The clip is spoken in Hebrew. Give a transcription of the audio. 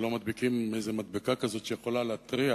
שלא מדביקים איזה מדבקה כזאת שיכולה להתריע